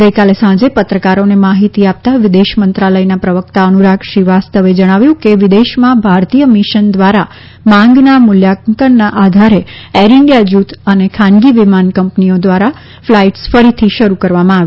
ગઈકાલે સાંજે પત્રકારોને માહિતી આપતા વિદેશ મંત્રાલયના પ્રવક્તા અનુરાગ શ્રીવાસ્તવે જણાવ્યું કે વિદેશમાં ભારતીય મિશન દ્વારા માંગના મૂલ્યાંકનના આધારે એર ઇન્ડિયા જૂથ અને ખાનગી વિમાન કંપનીઓ દ્વારા ફ્લાઇટ્સ ફરીથી શરૂ કરવામાં આવી રહી છે